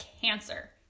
cancer